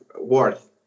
worth